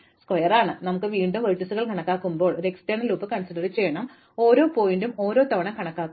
എന്നിട്ട് നമ്മൾ വീണ്ടും ലംബങ്ങൾ കണക്കാക്കുമ്പോൾ നമുക്ക് ഒരു ബാഹ്യ ലൂപ്പ് ഉണ്ട് അത് ഓരോ ശീർഷകവും ഒരു തവണ കണക്കാക്കും